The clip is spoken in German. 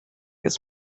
ist